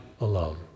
alone